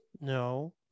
no